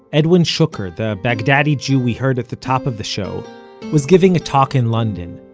edwin shuker the baghdadi jew we heard at the top of the show was giving a talk in london.